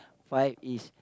five is